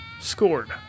scored